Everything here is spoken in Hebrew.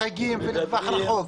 לחגים ולטווח רחוק,